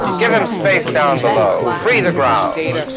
give them space down below. free the grounds.